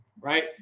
right